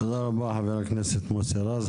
תודה רבה לחבר הכנסת מוסי רז.